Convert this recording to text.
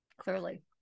Clearly